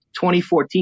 2014